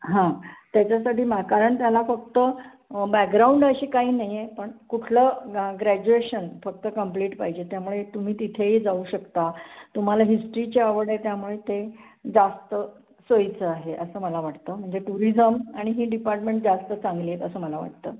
हां त्याच्यासाठी मा कारण त्याला फक्त बॅकग्राऊंड अशी काही नाही आहे पण कुठलं ग्रॅज्युएशन फक्त कम्प्लीट पाहिजे त्यामुळे तुम्ही तिथेही जाऊ शकता तुम्हाला हिस्ट्रीची आवड आहे त्यामुळे ते जास्त सोयीचं आहे असं मला वाटतं म्हणजे टुरिझम आणि ही डिपार्टमेंट जास्त चांगली आहेत असं मला वाटतं